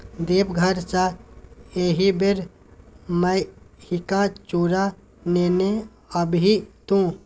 देवघर सँ एहिबेर मेहिका चुड़ा नेने आबिहे तु